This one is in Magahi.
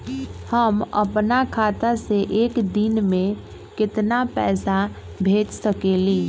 हम अपना खाता से एक दिन में केतना पैसा भेज सकेली?